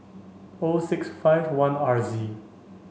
O six five one R Z